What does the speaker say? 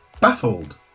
baffled